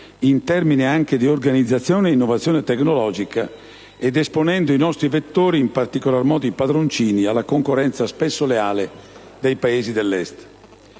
in termini di organizzazione ed innovazione tecnologica ed esponendo i nostri vettori, in particolar modo i padroncini, alla concorrenza, spesso sleale, dei Paesi dell'Est.